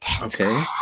Okay